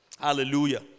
Hallelujah